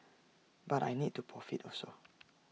but I need to profit also